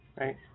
Right